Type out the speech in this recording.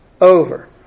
Over